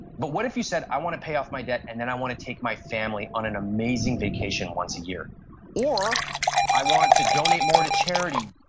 but what if you said i want to pay off my debt and then i want to take my family on an amazing vacation once a year or i want to donate more to charity,